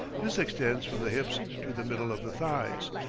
this extends from the hips to the middle of the thighs,